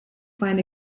find